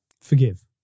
Forgive